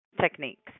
techniques